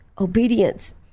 obedience